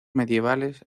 medievales